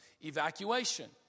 evacuation